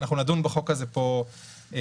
אנחנו נדון בחוק הזה פה באריכות.